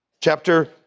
Chapter